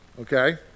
Okay